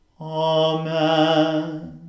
Amen